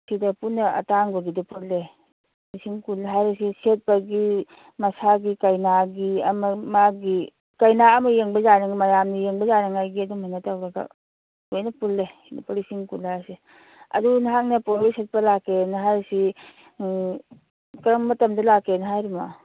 ꯁꯤꯗ ꯄꯨꯟꯅ ꯑꯇꯥꯡꯕꯗꯨꯗ ꯄꯨꯜꯂꯦ ꯂꯤꯁꯤꯡ ꯀꯨꯟ ꯍꯥꯏꯔꯤꯁꯦ ꯁꯦꯠꯄꯒꯤ ꯃꯁꯥꯒꯤ ꯀꯩꯅꯥꯒꯤ ꯑꯃ ꯃꯥꯒꯤ ꯀꯩꯅꯥ ꯑꯃ ꯌꯦꯡꯕ ꯃꯌꯥꯝꯅ ꯌꯦꯡꯕ ꯌꯥꯅꯉꯥꯏꯒꯤ ꯑꯗꯨꯃꯥꯏꯅ ꯇꯧꯔꯒ ꯂꯣꯏꯅ ꯄꯨꯜꯂꯦ ꯁꯤ ꯂꯨꯄꯥ ꯂꯤꯁꯤꯡ ꯀꯨꯟ ꯍꯥꯏꯔꯤꯁꯤ ꯑꯗꯨ ꯅꯍꯥꯛꯅ ꯄꯣꯠꯂꯣꯏ ꯁꯦꯠꯄ ꯂꯥꯛꯀꯦꯅ ꯍꯥꯏꯔꯤꯁꯤ ꯀꯔꯝ ꯃꯇꯝꯗ ꯂꯥꯛꯀꯦꯅ ꯍꯥꯏꯔꯤꯃꯣ